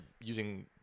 using